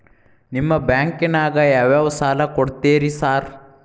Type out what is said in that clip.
ನಿಮ್ಮ ಬ್ಯಾಂಕಿನಾಗ ಯಾವ್ಯಾವ ಸಾಲ ಕೊಡ್ತೇರಿ ಸಾರ್?